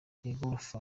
igorofa